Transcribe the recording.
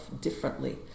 differently